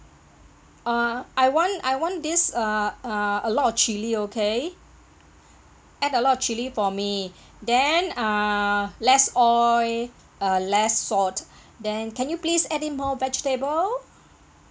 uh I want I want these uh uh a lot of chili okay add a lot of chili for me then err less oil uh less salt then can you please add in more vegetable